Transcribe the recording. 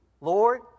Lord